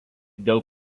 dėl